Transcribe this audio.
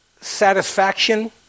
satisfaction